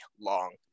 long